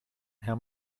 how